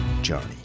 journey